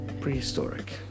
Prehistoric